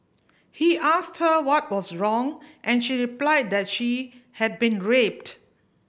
he asked her what was wrong and she replied that she had been raped